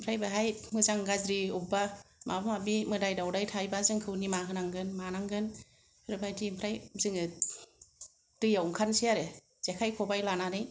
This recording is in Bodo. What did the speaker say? ओमफ्राय बेहाय मोजां गाज्रि अबावबा माबा माबि मोदाय दावदाय थायोबा जोंखौ निमाहा होनांगोन मानांगोन बेबायदि ओमफ्राय जोङो दैआव ओंखारनोसै आरो जेखाइ खबाइ लानानै